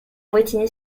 brétigny